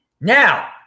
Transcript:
Now